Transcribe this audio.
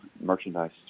merchandise